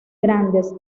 grandes